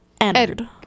Entered